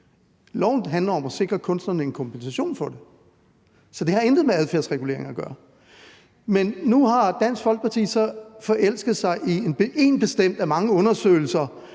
handler om at sikre kunstnerne en kompensation for det. Så det har intet med adfærdsregulering at gøre. Men nu har Dansk Folkeparti så forelsket sig i én bestemt af mange undersøgelser,